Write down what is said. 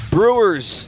Brewers